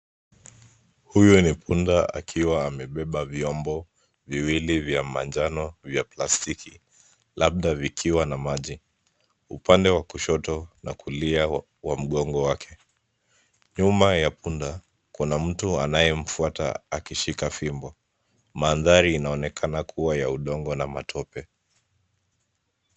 Huyu ni punda akiwa amebeba vyombo viwili vya manjano vya plastiki labda vikiwa na maji, upande wa kushoto na kulia wa mgongo wake. Nyuma ya punda , kuna mtu anayemfuata akishika fimbo .Manhdari ianonekana kuwa ya udongo na matope.